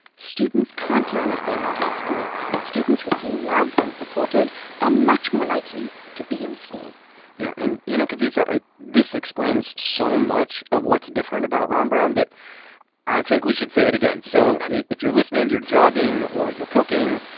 students can't learn if they're not in school, and students who feel loved and supported are much more likely to be in school yeah, and, you know, kavitha, i this explains so much of what's different about ron brown that i think we should say it again so go on, if you're listening, you're jogging or you're cooking,